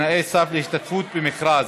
תנאי סף להשתתפות במכרז),